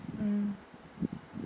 mm